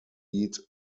eat